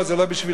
זה לא בשבילכם,